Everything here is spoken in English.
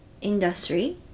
industry